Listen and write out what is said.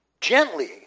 gently